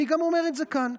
אני גם אומר את זה כאן: